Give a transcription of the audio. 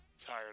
tired